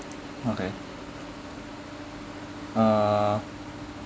okay ah